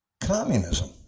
communism